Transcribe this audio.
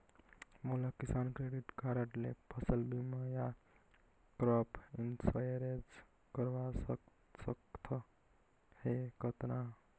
मोला किसान credit card ले फसल बीमा या क्रॉप इंश्योरेंस करवा सकथ हे कतना?